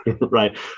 right